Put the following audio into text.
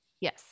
yes